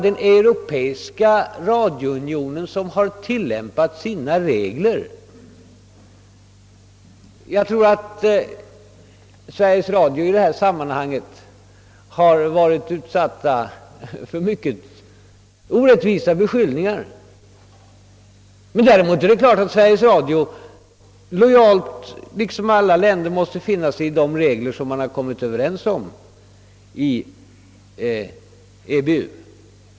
Den europeiska radiounionen har helt enkelt tillämpat sina regler, och jag tror att Sveriges Radio i detta sammanhang har utsatts för mycket orättvisa beskyllningar. Sveriges Radio måste naturligtvis liksom alla andra länder lojalt följa de regler som man i EBU kommit överens om.